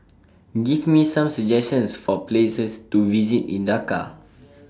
Give Me Some suggestions For Places to visit in Dakar